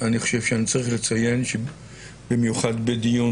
אני חושב שאני צריך לציין שבמיוחד בדיון